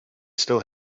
still